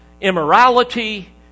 immorality